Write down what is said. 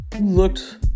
looked